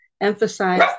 emphasize